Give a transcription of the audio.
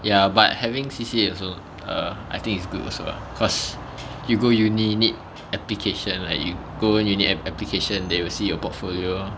ya but having C_C_A also err I think it's good also lah cause you go uni~ need application like you go in you need an application they will see your portfolio